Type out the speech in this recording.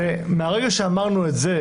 מהרגע שאמרנו את זה